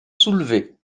soulevée